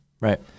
right